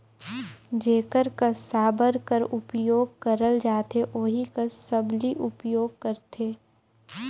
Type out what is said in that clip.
जेकर कस साबर कर उपियोग करल जाथे ओही कस सबली उपियोग करथे